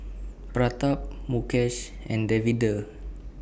Pratap Mukesh and Davinder